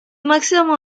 máxima